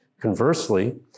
Conversely